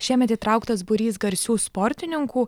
šiemet įtrauktas būrys garsių sportininkų